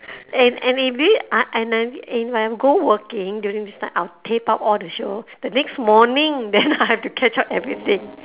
and and if this uh and I if I go working during this time I'll tape up all the show the next morning then I'll have to catch up everything